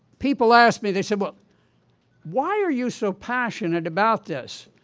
people ask me, they say, but why are you so passionate about this?